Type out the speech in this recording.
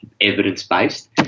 evidence-based